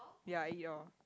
ya I eat all